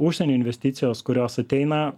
užsienio investicijos kurios ateina